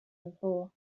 before